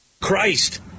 Christ